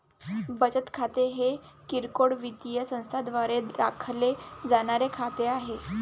बचत खाते हे किरकोळ वित्तीय संस्थांद्वारे राखले जाणारे खाते आहे